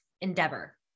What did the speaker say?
endeavor